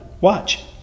Watch